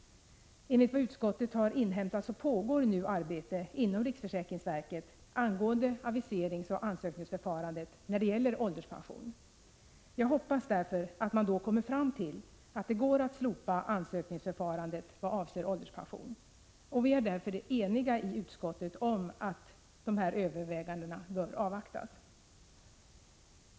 Enligt vad utskottet har inhämtat pågår nu ett arbete inom riksförsäkringsverket angående aviseringsoch ansökningsförfarandet för ålderspension. Jag hoppas därför att man skall komma fram till att det går att slopa ansökningsförfarandet vad avser ålderspension. Vi är eniga i utskottet om att dessa överväganden bör avvaktas.